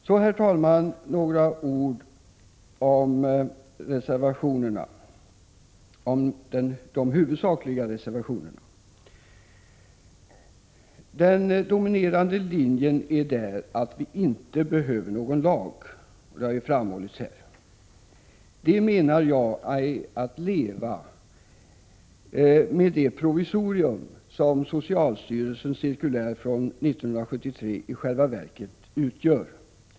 Så några ord om de huvudsakliga reservationerna. Den dominerande linjen är att vi inte behöver någon lag, som det har framhållits här. Det menar jag är att leva med det provisorium som socialstyrelsens cirkulär från 1973 i själva verket utgör.